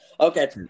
Okay